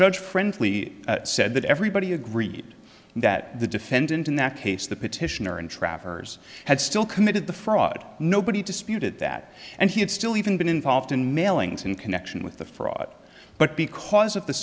judge friendly said that everybody agreed that the defendant in that case the petitioner and travers had still committed the fraud nobody disputed that and he had still even been involved in mailings in connection with the fraud but because of the